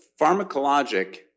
pharmacologic